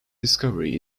discovery